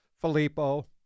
Filippo